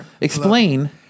Explain